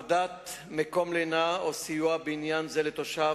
העמדת מקום לינה או סיוע בעניין זה לתושב